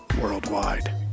worldwide